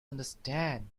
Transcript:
understand